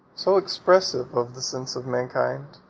so expressive of the sense of mankind,